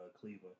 Cleveland